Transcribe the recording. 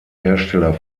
hersteller